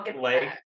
leg